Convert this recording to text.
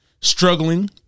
struggling